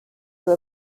who